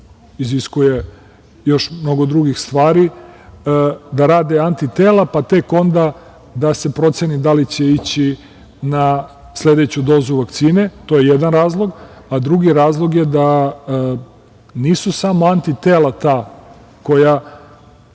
iziskuje još mnogo drugih stvari, da rade antitela, pa tek onda da se proceni da li će ići na sledeću dozu vakcine. To je jedan razlog. Drugi razlog je da nisu samo antitela ta koja